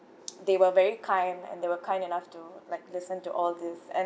they were very kind and they were kind enough to like listen to all this